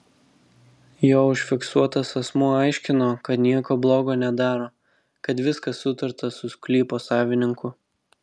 jo užfiksuotas asmuo aiškino kad nieko blogo nedaro kad viskas sutarta su sklypo savininku